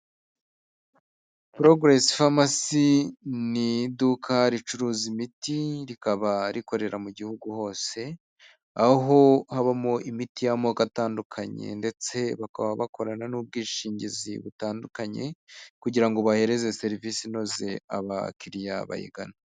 Porogeresi famasi; ni iduka ricuruza imiti, rikaba rikorera mu gihugu hose, aho habamo imiti y'amoko atandukanye ndetse bakaba bakorana n'ubwishingizi butandukanye kugira ngo bahereze serivisi inoze abakiriya bayigana.